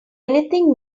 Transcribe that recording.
anything